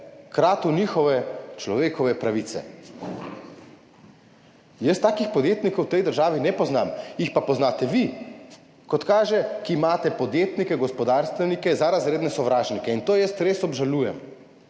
kratil njihove človekove pravice? Jaz takih podjetnikov v tej državi ne poznam, jih pa poznate vi, kot kaže, ki imate podjetnike, gospodarstvenike za razredne sovražnike. To jaz res obžalujem.